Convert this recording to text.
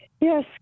Yes